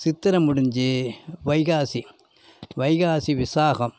சித்திரை முடிஞ்சு வைகாசி வைகாசி விசாகம்